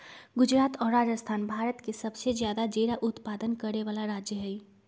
गुजरात और राजस्थान भारत के सबसे ज्यादा जीरा उत्पादन करे वाला राज्य हई